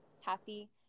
Happy